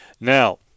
Now